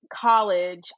college